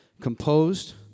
Composed